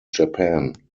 japan